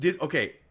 Okay